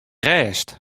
rêst